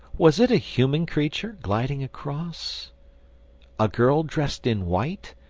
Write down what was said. was it a human creature, gliding across a girl dressed in white,